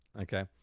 Okay